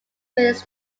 feelings